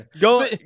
go